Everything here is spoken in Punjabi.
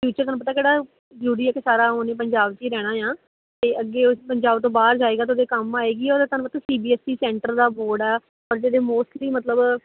ਫਊਚਰ ਤੁਹਾਨੂੰ ਪਤਾ ਕਿਹੜਾ ਜ਼ਰੂਰੀ ਹੈ ਕਿ ਸਾਰਾ ਉਹਨੇ ਪੰਜਾਬ 'ਚ ਹੀ ਰਹਿਣਾ ਏ ਆ ਅਤੇ ਅੱਗੇ ਉਹ ਪੰਜਾਬ ਤੋਂ ਬਾਹਰ ਜਾਏਗਾ ਤਾਂ ਉਹਦੇ ਕੰਮ ਆਏਗੀ ਉਹਦਾ ਤੁਹਾਨੂੰ ਪਤਾ C B S E centre ਦਾ ਬੋਰਡ ਆ ਪਰ ਜਿਹੜੇ ਮੋਸਟਲੀ ਮਤਲਬ